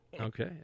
Okay